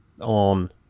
on